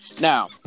Now